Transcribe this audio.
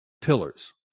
pillars